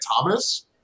Thomas